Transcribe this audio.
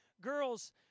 Girls